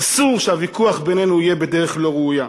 אסור שהוויכוח בינינו יהיה בדרך לא ראויה.